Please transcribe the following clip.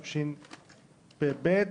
התשפ"ב-2021.